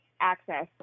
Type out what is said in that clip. access